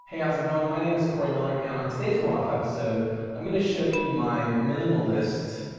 hey how's it going, my name is cory miller and on today's one-off episode i'm gonna show you my minimalist.